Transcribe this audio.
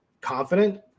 confident